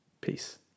peace